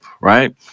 right